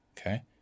Okay